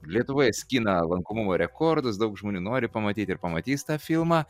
lietuvoje skina lankomumo rekordus daug žmonių nori pamatyti ir pamatys tą filmą